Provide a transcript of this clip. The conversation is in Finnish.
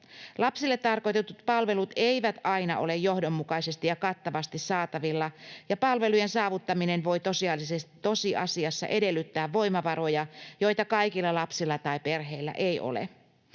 Lapsille tarkoitetut palvelut eivät aina ole johdonmukaisesti ja kattavasti saatavilla, ja palvelujen saavuttaminen voi tosiasiassa edellyttää voimavaroja, joita kaikilla lapsilla tai perheillä ei ole.